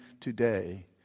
today